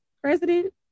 president